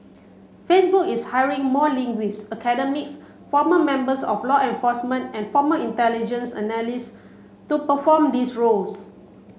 Facebook is hiring more linguist academics former members of law enforcement and former intelligence to perform these roles